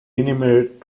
renamed